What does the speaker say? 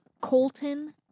Colton